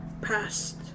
past